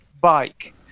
bike